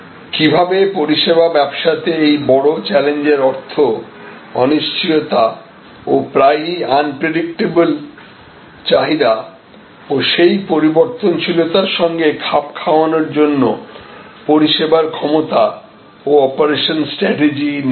কিভাবে পরিষেবা ব্যবসাতে এই বড় চ্যালেঞ্জের অর্থ অনিশ্চয়তা ও প্রায়ই আনপ্রেডিক্টেবল চাহিদা ও সেই পরিবর্তনশীলতার সঙ্গে খাপ খাওয়ানোর জন্য পরিষেবার ক্ষমতা ও অপারেশন স্ট্রাটেজি নির্ণয়